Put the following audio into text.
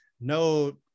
No